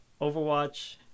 Overwatch